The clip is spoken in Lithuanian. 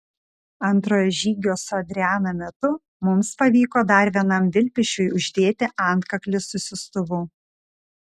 antrojo žygio su adriana metu mums pavyko dar vienam vilpišiui uždėti antkaklį su siųstuvu